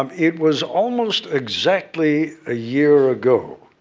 um it was almost exactly a year ago